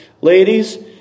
Ladies